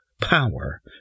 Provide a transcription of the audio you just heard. power